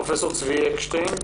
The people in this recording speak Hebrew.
פרופ' צבי אקשטיין,